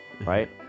right